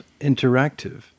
interactive